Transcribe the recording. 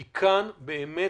כי כאן באמת